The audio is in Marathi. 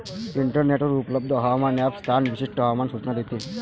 इंटरनेटवर उपलब्ध हवामान ॲप स्थान विशिष्ट हवामान सूचना देते